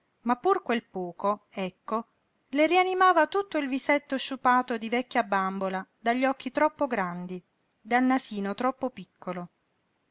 ma pur quel poco ecco le rianimava tutto il visetto sciupato di vecchia bambola dagli occhi troppo grandi dal nasino troppo piccolo